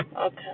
Okay